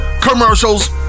commercials